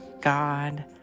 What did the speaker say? God